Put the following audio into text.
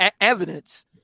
evidence